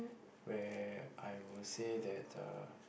where I was say that uh